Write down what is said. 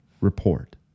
Report